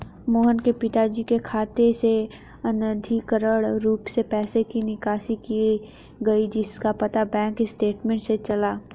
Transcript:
मोहन के पिताजी के खाते से अनधिकृत रूप से पैसे की निकासी की गई जिसका पता बैंक स्टेटमेंट्स से चला